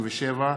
27)